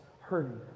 hurting